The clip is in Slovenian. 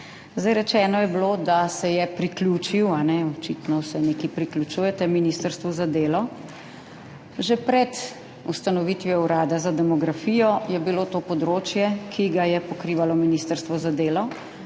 Rečeno je bilo, da se je priključil, očitno vse nekaj priključujete ministrstvu za delo. Že pred ustanovitvijo Urada za demografijo je bilo to področje, ki ga je pokrivalo ministrstvo za delo,